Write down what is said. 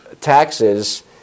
taxes